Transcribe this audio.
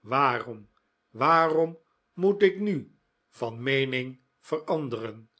waarom waarom moet ik nu van meening veranderen